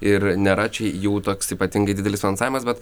ir nėra čia jau toks ypatingai didelis finansavimas bet